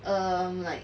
err like